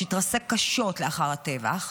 שהתרסק קשות לאחר הטבח.